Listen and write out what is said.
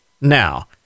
now